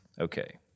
Okay